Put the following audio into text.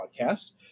podcast